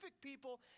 people